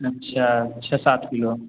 अच्छा छः सात किलो